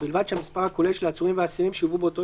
ובלבד שהמספר הכולל של העצורים והאסירים שיובאו באותו